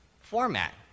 format